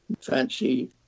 fancy